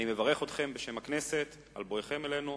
אני מברך אתכם בשם הכנסת על בואכם אלינו.